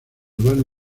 urbano